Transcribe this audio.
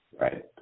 right